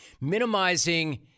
Minimizing